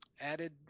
added